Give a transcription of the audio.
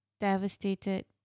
devastated